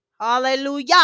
hallelujah